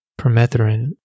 permethrin